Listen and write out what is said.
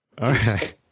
Okay